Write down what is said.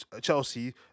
Chelsea